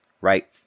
Right